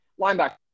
linebacker